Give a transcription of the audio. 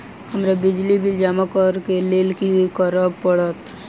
हमरा बिजली बिल जमा करऽ केँ लेल की करऽ पड़त?